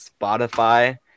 Spotify